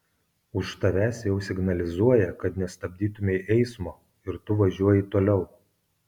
už tavęs jau signalizuoja kad nestabdytumei eismo ir tu važiuoji toliau